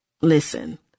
listen